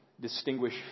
distinguish